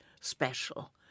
special